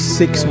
six